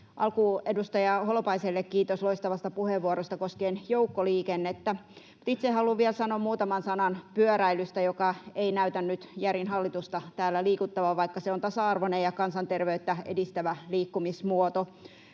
Alkuun edustaja Holopaiselle kiitos loistavasta puheenvuorosta koskien joukkoliikennettä. Itse haluan vielä sanoa muutaman sanan pyöräilystä, joka ei näytä nyt järin hallitusta täällä liikuttavan, vaikka se on tasa-arvoinen ja kansanterveyttä edistävä liikkumismuoto.